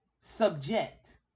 subject